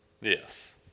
Yes